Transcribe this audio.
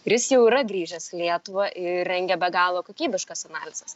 ir jis jau yra grįžęs į lietuvą ir rengia be galo kokybiškas analizes